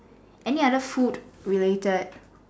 and other food related